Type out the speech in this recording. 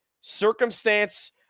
circumstance-